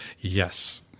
yes